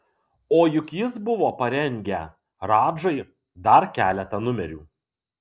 o juk jis buvo parengę radžai dar keletą numerių